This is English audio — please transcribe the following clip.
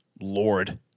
Lord